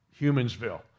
Humansville